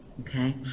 okay